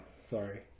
sorry